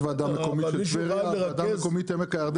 יש ועדה מקומית של טבריה,